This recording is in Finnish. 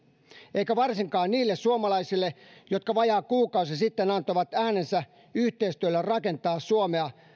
eikä varsinkaan niille suomalaisille jotka vajaa kuukausi sitten antoivat äänensä yhteistyölle rakentaa suomea